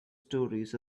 stories